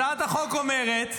הצעת החוק אומרת: